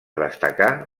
destacar